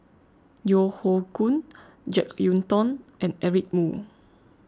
Yeo Hoe Koon Jek Yeun Thong and Eric Moo